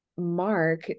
Mark